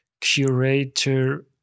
curator